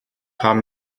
haben